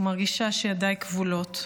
ומרגישה שידיי כבולות.